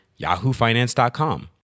yahoofinance.com